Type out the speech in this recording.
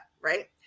Right